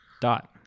Dot